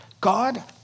God